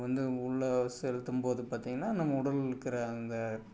வந்து உள்ளே செலுத்தும் போது பார்த்தீங்கன்னா நம்ம உடலில் இருக்கிற அந்த